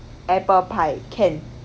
apple pie can